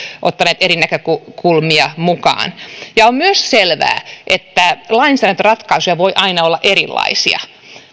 ottaneet eri näkökulmia mukaan on myös selvää että lainsäädäntöratkaisuja voi aina olla erilaisia